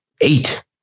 eight